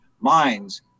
Minds